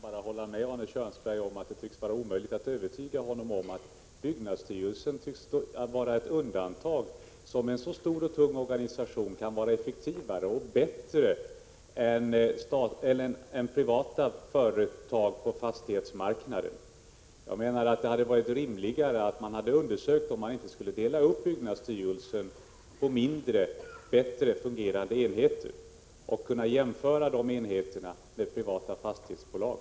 Fru talman! Jag kan hålla med om att det tycks vara omöjligt att övertyga Arne Kjörnsberg om att byggnadsstyrelsen skulle vara ett undantag, eftersom en så stor och tung organisation tydligen anses effektivare och bättre än privata företag på fastighetsmarknaden. Jag menar att det hade varit rimligare att undersöka om byggnadsstyrelsen inte skulle delas upp på mindre, bättre fungerande enheter, som kunde jämföras med privata fastighetsbolag.